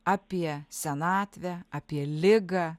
apie senatvę apie ligą